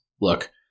look